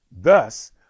Thus